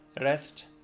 rest